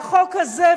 והחוק הזה,